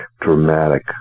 dramatic